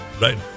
right